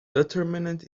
determinant